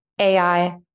AI